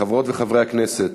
חברות וחברי הכנסת,